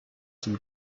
some